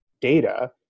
data